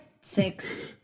six